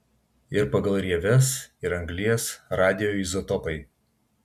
ir pagal rieves ir anglies radioizotopai